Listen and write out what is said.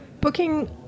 Booking